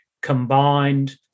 combined